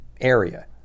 area